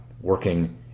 working